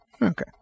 Okay